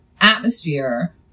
atmosphere